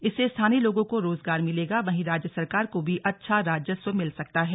इससे स्थानीय लोगों को रोजगार मिलेगा वहीं राज्य सरकार को भी अच्छा राजस्व मिल सकता हैं